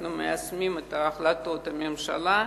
אנחנו מיישמים את החלטות הממשלה.